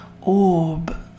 orb